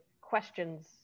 questions